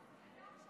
בבקשה,